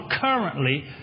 currently